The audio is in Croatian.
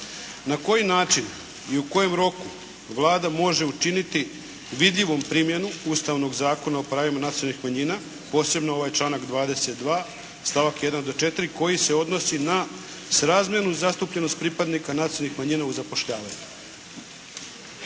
na koji način i u kojem roku Vlada može učiniti vidljivom primjenu Ustavnog Zakona o pravima nacionalnih manjina, posebno ovaj članak 22. stavak 1. do 4., koji se odnosi na srazmjernu zastupljenost pripadnika nacionalnih manjina u zapošljavanju?